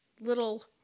little